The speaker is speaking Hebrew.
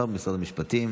השר במשרד המשפטים.